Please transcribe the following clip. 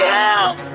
help